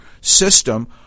system